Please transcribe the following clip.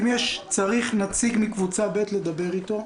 אם צריך נציג מקבוצה ב' לדבר איתו,